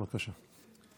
בבקשה.